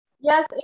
Yes